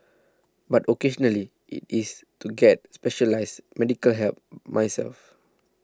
but occasionally it is to get specialised medical help myself